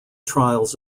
trials